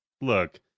Look